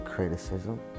criticism